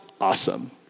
awesome